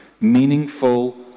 meaningful